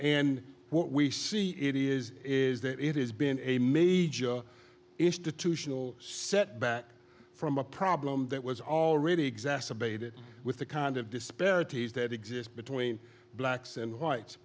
and what we see it is is that it has been a major institutional setback from a problem that was already exacerbated with the kind of disparities that exist between blacks and whites